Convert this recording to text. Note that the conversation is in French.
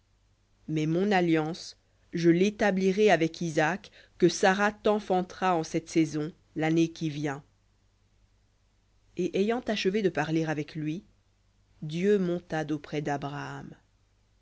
mais mon alliance je l'établirai avec isaac que sara t'enfantera en cette saison l'année qui vient et ayant achevé de parler avec lui dieu monta d'auprès d'abraham